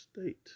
state